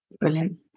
Brilliant